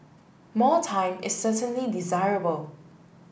more time is certainly desirable